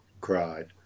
cried